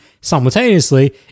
simultaneously